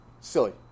silly